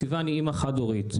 סיון היא אימא חד הורית,